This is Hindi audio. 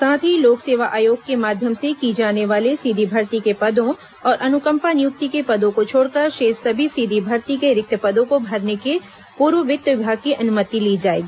साथ ही लोक सेवा आयोग के माध्यम से की जाने वाले सीधी भर्ती के पदों और अनुकंपा नियुक्ति के पदों को छोड़कर शेष सभी सीधी भर्ती के रिक्त पदों को भरने के पूर्व वित्त विभाग की अनुमति ली जाएगी